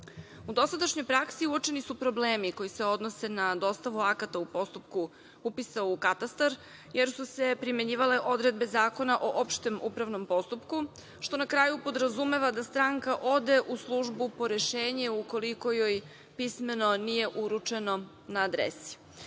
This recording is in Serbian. dosadašnjoj praksi uočeni su problemi koji se odnose na dostavu akata u postupku upisa u katastar jer su se primenjivale odredbe Zakona o opštem upravnom postupku, što na kraju podrazumeva da stranka ode u službu po rešenje ukoliko joj pismeno nije uručeno na adresu.